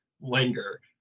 linger